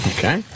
Okay